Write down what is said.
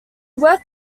worked